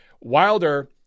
Wilder